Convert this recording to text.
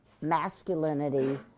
masculinity